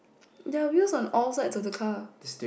ya wheels on all like to the car